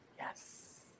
Yes